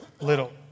little